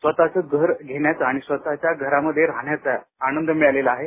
स्वःताचं घर घेण्याचा आणि स्वताः च्या घरात मध्ये राहण्याचा आनंद मिळालेला आहे